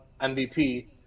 MVP